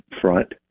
front